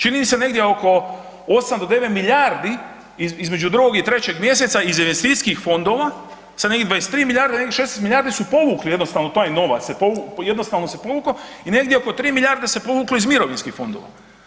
Čini mi se negdje oko 8 do 9 milijardi između drugog i trećeg mjeseca iz investicijskih fondova sa negdje 23 milijarde, negdje 16 milijardi su povukli jednostavno taj novac se jednostavno povukao i negdje oko tri milijarde se povuklo iz mirovinskih fondova.